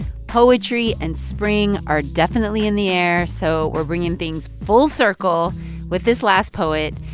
poetry and spring are definitely in the air, so we're bringing things full circle with this last poet.